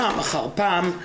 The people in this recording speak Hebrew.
פעם אחר פעם.